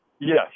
Yes